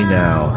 now